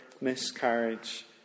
miscarriage